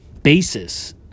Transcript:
Basis